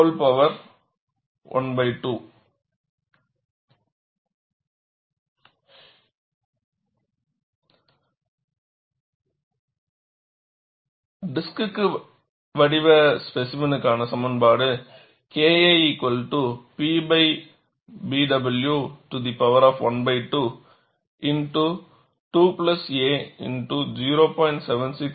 7aw2212aw〖aw〗12 டிஸ்க்கு வடிவ ஸ்பேசிமெனுக்கான சமன்பாடு kiP〖〗12 x 2a0